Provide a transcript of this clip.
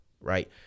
right